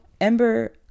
ember